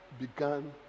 began